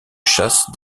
chasse